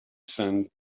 sand